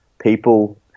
people –